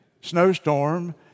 Snowstorm